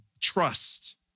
trust